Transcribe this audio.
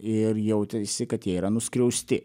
ir jautėsi kad jie yra nuskriausti